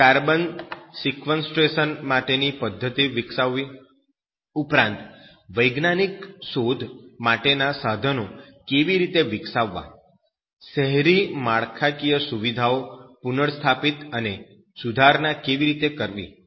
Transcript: carbon sequestration માટેની પદ્ધતિ વિકસાવવી ઉપરાંત વૈજ્ઞાનિક શોધ માટેના સાધનો કેવી રીતે વિકસાવવા શહેરી માળખાકીય સુવિધાઓ પુનર્સ્થાપિત અને સુધારણા કેવી રીતે કરવી